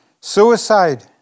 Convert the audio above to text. suicide